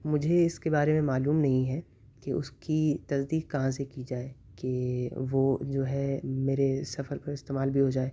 مجھے اس کے بارے میں معلوم نہیں ہے کہ اس کی تصدیق کہاں سے کی جائے کہ وہ جو ہے میرے سفر پر استعمال بھی ہو جائے